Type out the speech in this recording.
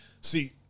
See